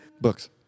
books